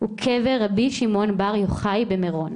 הוא קבר רבי שמעון בר יוחאי במירון.